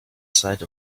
side